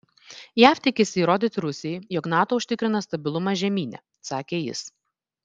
jav tikisi įrodyti rusijai jog nato užtikrina stabilumą žemyne sakė jis